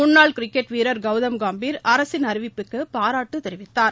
முன்னாள் கிரிக்கெட் வீரர் கவுதம் காம்பீர் அரசின் அறிவிப்பிற்கு பாராட்டு தெரிவித்தார்